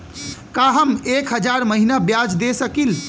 का हम एक हज़ार महीना ब्याज दे सकील?